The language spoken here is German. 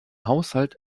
haushalt